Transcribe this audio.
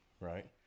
right